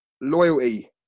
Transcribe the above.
loyalty